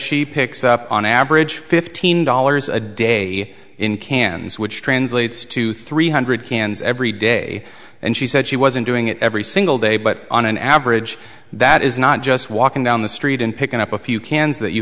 she picks up on average fifteen dollars a day in cans which translates to three hundred cans every day and she said she wasn't doing it every single day but on an average that is not just walking down the street and picking up a few cans that you